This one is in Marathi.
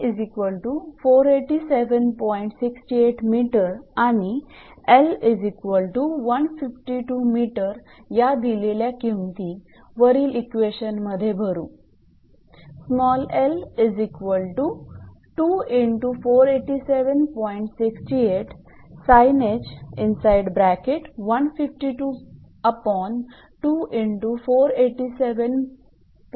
68 𝑚 आणि 𝐿152 𝑚 या दिलेल्या किमती वरील इक्वेशन मध्ये भरू